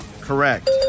Correct